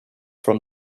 from